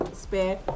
spare